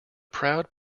proud